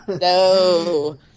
No